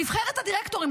נבחרת הדירקטורים,